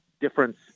difference